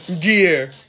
gear